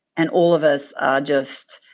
and all of us are just,